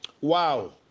Wow